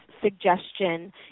suggestion